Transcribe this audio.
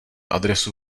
adresu